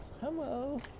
Hello